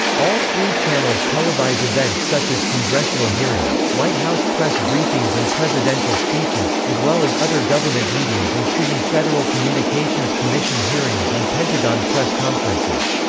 all three channels televise events such as congressional hearings, white house press briefings and presidential speeches, as well as other government meetings including federal communications commission hearings and pentagon press conferences.